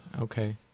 Okay